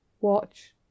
watch